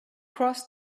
crossed